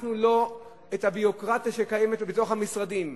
הביורוקרטיה שקיימת בתוך המשרדים.